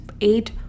eight